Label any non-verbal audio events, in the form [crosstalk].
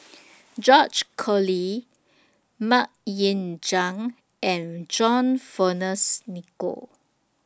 [noise] George Collyer Mok Ying Jang and John Fearns Nicoll